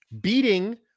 beating